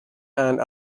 and